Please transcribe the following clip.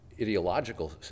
ideological